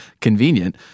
convenient